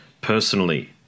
personally